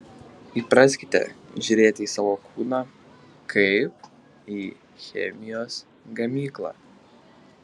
įpraskite žiūrėti į savo kūną kaip į chemijos gamyklą